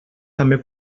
també